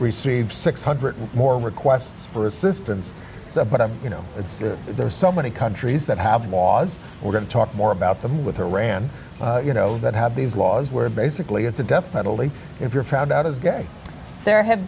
receive six hundred more requests for assistance but i you know it's there's so many countries that have laws we're going to talk more about them with iran you know that have these laws where basically it's a death penalty if you're found out as guy there ha